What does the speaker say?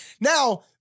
Now